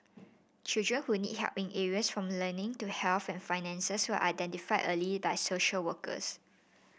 children who need help in areas from learning to health and finances were identified early by social workers